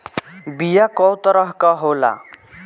बीया कव तरह क होला?